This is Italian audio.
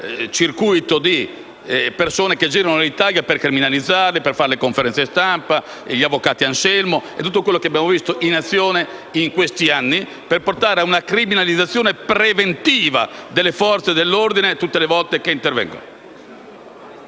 circuito di persone che girano l'Italia per criminalizzarli e per fare conferenze stampa, con tutti gli avvocati Anselmo e quello che abbiamo visto in azione in questi anni, per portare a una criminalizzazione preventiva delle Forze dell'ordine ogni volta che intervengono.